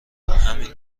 همین